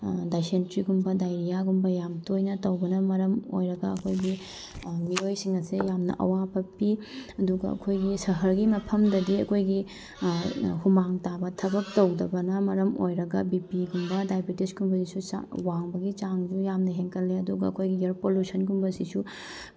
ꯗꯥꯏꯁꯦꯟꯇ꯭ꯔꯤꯒꯨꯝꯕ ꯗꯥꯏꯔꯤꯌꯥꯒꯨꯝꯕ ꯌꯥꯝ ꯇꯣꯏꯅ ꯇꯧꯕꯅ ꯃꯔꯝ ꯑꯣꯏꯔꯒ ꯑꯩꯈꯣꯏꯒꯤ ꯃꯤꯑꯣꯏꯁꯤꯡ ꯑꯁꯦ ꯌꯥꯝꯅ ꯑꯋꯥꯕ ꯄꯤ ꯑꯗꯨꯒ ꯑꯩꯈꯣꯏꯒꯤ ꯁꯍꯔꯒꯤ ꯃꯐꯝꯗꯗꯤ ꯑꯩꯈꯣꯏꯒꯤ ꯍꯨꯃꯥꯡ ꯇꯥꯕ ꯊꯕꯛ ꯇꯧꯗꯕꯅ ꯃꯔꯝ ꯑꯣꯏꯔꯒ ꯕꯤ ꯄꯤꯒꯨꯝꯕ ꯗꯥꯏꯕꯦꯇꯤꯁ ꯒꯨꯝꯕꯁꯤꯁꯨ ꯋꯥꯡꯕꯒꯤ ꯆꯥꯡꯁꯨ ꯌꯥꯝ ꯍꯦꯟꯀꯠꯂꯦ ꯑꯗꯨꯒ ꯑꯩꯈꯣꯏꯒꯤ ꯑꯦꯌꯥꯔ ꯄꯣꯜꯂꯨꯁꯟꯒꯨꯝꯕꯁꯤꯁꯨ